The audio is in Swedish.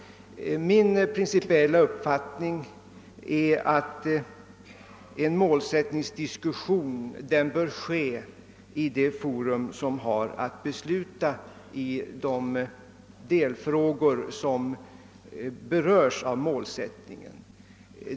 Min principiella uppfattning är att en målsättningsdiskussion bör ske i det forum som har att besluta om de delfrågor vilka berörs av målsättningen.